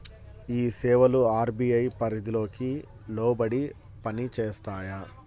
ఈ సేవలు అర్.బీ.ఐ పరిధికి లోబడి పని చేస్తాయా?